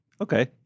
Okay